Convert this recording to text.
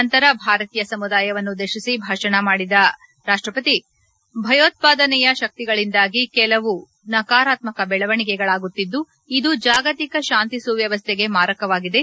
ನಂತರ ಭಾರತೀಯ ಸಮುದಾಯವನ್ನು ಉದ್ದೇಶಿಸಿ ಭಾಷಣ ಮಾಡಿದ ರಾಮನಾಥ್ ಕೋವಿಂದ್ ಭಯೋತ್ಪಾದನೆಯ ಶಕ್ತಿಗಳಿಂದಾಗಿ ಕೆಲವು ನಕರಾತ್ಮಕ ಬೆಳವಣೆಗೆಗಳಾಗುತ್ತಿದ್ದು ಇದು ಜಾಗತಿಕ ಶಾಂತಿ ಸುವ್ನವಸ್ಥೆಗೆ ಮಾರಕವಾಗಿದೆ